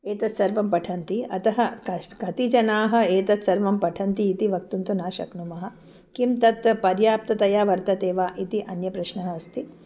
एतत् सर्वं पठन्ति अतः कश् कति जनाः एतत् सर्वं पठन्ति इति वक्तुं तु न शक्नुमः किं तत् पर्याप्ततया वर्तते वा इति अन्यप्रश्नः अस्ति